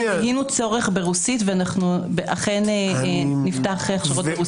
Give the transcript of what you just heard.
זיהינו צורך ברוסית ונפתח הכשרות ברוסית.